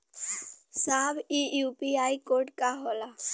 साहब इ UPI code का होला?